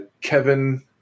Kevin